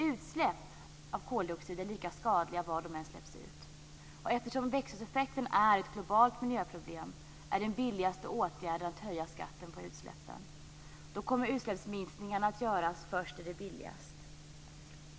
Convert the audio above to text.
Utsläpp av koldioxid är lika skadliga var de än släpps ut. Eftersom växthuseffekten är ett globalt miljöproblem är den billigaste åtgärden att höja skatten på utsläppen. Då kommer utsläppsminskningarna att göras först där det är billigast.